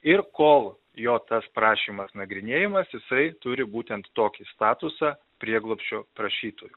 ir kol jo tas prašymas nagrinėjamas jisai turi būtent tokį statusą prieglobsčio prašytojo